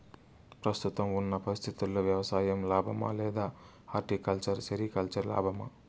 ప్రస్తుతం ఉన్న పరిస్థితుల్లో వ్యవసాయం లాభమా? లేదా హార్టికల్చర్, సెరికల్చర్ లాభమా?